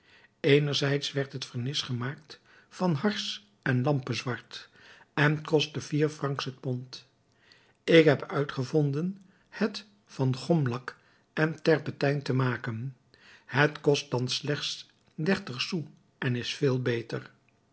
eertijds werd het vernis gemaakt van hars en lampezwart en kostte vier francs het pond ik heb uitgevonden het van gomlak en terpentijn te maken het kost dan slechts dertig sous en is veel beter